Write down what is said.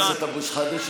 חבר הכנסת אבו שחאדה,